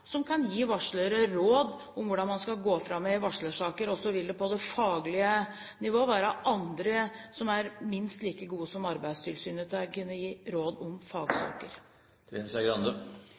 som kan gi varslere råd om hvordan man skal gå fram i varslersaker. Så vil det på det faglige nivået være andre som er minst like gode som Arbeidstilsynet til å kunne gi råd om fagsaker.